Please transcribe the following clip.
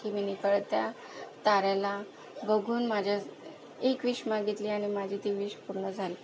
की मी निखळत्या ताऱ्याला बघून माझ्या एक विश मागितली आणि माझी ती विश पूर्ण झाली